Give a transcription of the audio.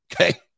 okay